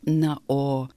na o